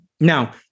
Now